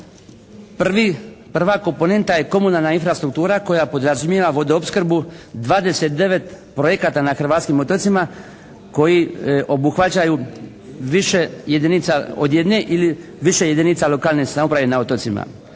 Prva komponenta je komunalna infrastruktura koja podrazumijeva vodoopskrbu 29 projekata na hrvatskim otocima koji obuhvaćaju više jedinica od jedne ili više jedinica lokane samouprave na otocima.